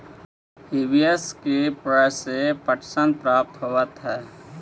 hibiscus के पेंड़ से पटसन प्राप्त होव हई